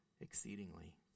exceedingly